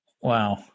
Wow